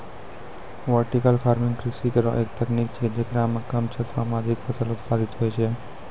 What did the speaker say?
vertical farming कृषि केरो एक तकनीक छिकै, जेकरा म कम क्षेत्रो में अधिक फसल उत्पादित होय छै